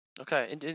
Okay